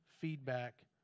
feedback